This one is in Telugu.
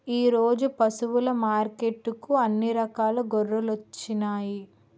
ఈరోజు పశువులు మార్కెట్టుకి అన్ని రకాల గొర్రెలొచ్చినాయ్